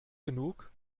genug